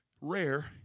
Rare